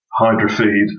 Hydrofeed